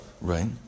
right